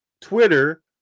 Twitter